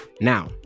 now